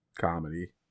comedy